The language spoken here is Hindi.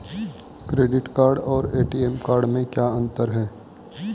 क्रेडिट कार्ड और ए.टी.एम कार्ड में क्या अंतर है?